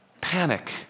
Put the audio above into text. panic